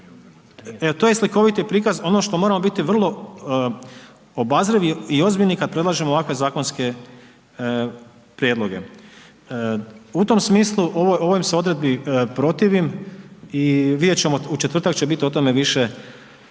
To je slikoviti prikaz ono što moramo biti vrlo obazrivi i ozbiljni kad predlažemo ovakve zakonske prijedloge. U tom smislu ovoj se odredbi protivim i vidjet ćemo u četvrtak će biti o tome više